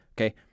Okay